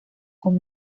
con